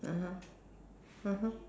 (uh huh) (uh huh)